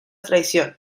traición